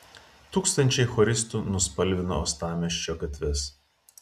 tūkstančiai choristų nuspalvino uostamiesčio gatves